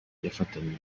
yafatanywe